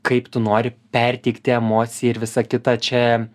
kaip tu nori perteikti emociją ir visa kita čia